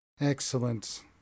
Excellent